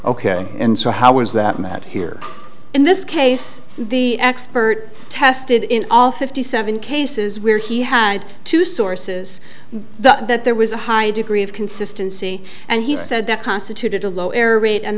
ok and so how was that matter here in this case the expert tested in all fifty seven cases where he had two sources that there was a high degree of consistency and he said that constituted a low error rate and